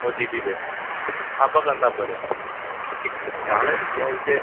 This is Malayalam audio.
ഒ ടി ടിയിൽ അപ്പോൾ കണ്ടാൽ പോരെ നാളെയല്ല ഈയാഴ്ച്ച